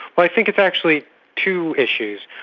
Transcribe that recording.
i think it's actually two issues.